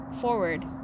forward